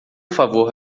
favor